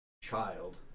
child